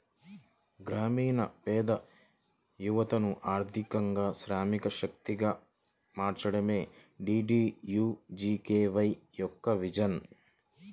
గ్రామీణ పేద యువతను ఆర్థికంగా శ్రామిక శక్తిగా మార్చడమే డీడీయూజీకేవై యొక్క విజన్